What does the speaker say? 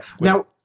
Now